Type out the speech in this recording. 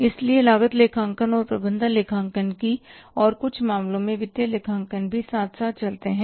इसलिए लागत लेखांकन और प्रबंधन लेखांकन और कुछ मामलों में वित्तीय लेखांकन भी साथ साथ चलते हैं